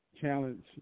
challenge